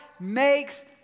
makes